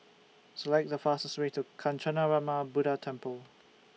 Select The fastest Way to Kancanarama Buddha Temple